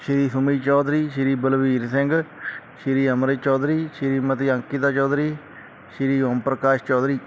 Shri Hamesh Chaudhary Shri Balvir Singh Shri Amrit Chaudhary Shrimati Ankita Chaudhary Shri Om Prakash Chaudhary